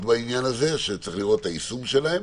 בעניין הזה וצריך לראות את היישום שלהן,